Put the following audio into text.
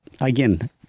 again